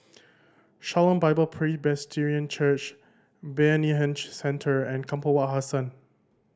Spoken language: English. Shalom Bible Presbyterian Church Bayanihan Centre and Kampong Wak Hassan